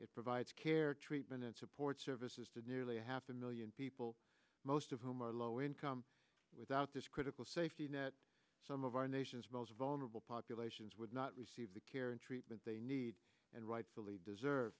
it provides care treatment and support services to nearly half a million people most of whom are low income without this critical safety net some of our nation's most vulnerable populations would not receive the care and treatment they need and rightfully deserve